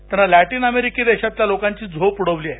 त्यानं लॅटिन अमेरिकी देशांतल्या लोकांची झोप उडवली आहे